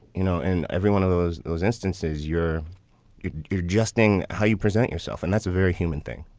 you know, in every one of those those instances, you're you're adjusting how you present yourself. and that's a very human thing